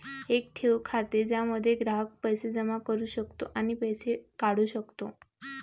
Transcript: एक ठेव खाते ज्यामध्ये ग्राहक पैसे जमा करू शकतो आणि पैसे काढू शकतो